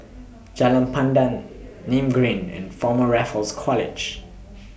Jalan Pandan Nim Green and Former Raffles College